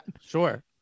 Sure